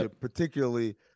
Particularly